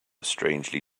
strangely